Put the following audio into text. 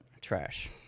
trash